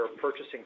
purchasing